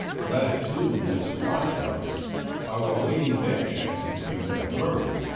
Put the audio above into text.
latitudinous washouts are awaiting their chance to commit a murder,